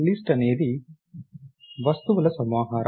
list అనేది వస్తువుల సమాహారం